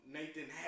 Nathan